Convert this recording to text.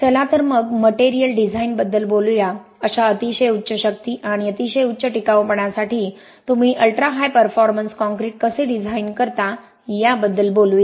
चला तर मग मटेरियल डिझाईनबद्दल बोलू या अशा अतिशय उच्च शक्ती आणि अतिशय उच्च टिकाऊपणासाठी तुम्ही अल्ट्रा हाय परफॉर्मन्स काँक्रीट कसे डिझाइन करता याबद्दल बोलूया